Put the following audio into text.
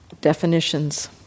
definitions